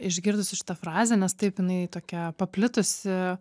išgirdusi šitą frazę nes taip jinai tokia paplitusi